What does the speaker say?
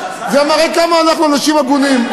זה מראה כמה אנחנו אנשים הגונים.